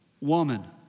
Woman